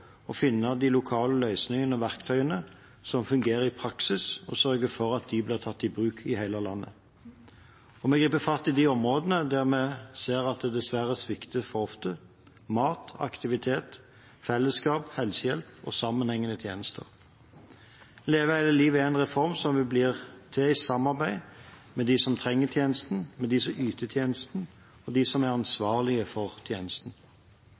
å finne de lokale løsningene og verktøyene som fungerer i praksis, og sørge for at de blir tatt i bruk i hele landet. Og vi griper fatt i de områdene der vi ser at det dessverre svikter for ofte: mat, aktivitet, fellesskap, helsehjelp og sammenhengende tjenester. Leve hele livet er en reform som blir til i samarbeid med dem som trenger tjenesten, dem som yter tjenesten, og dem som er ansvarlige for tjenesten.